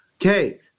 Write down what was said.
Okay